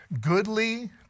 goodly